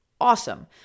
Awesome